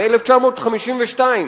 מ-1952,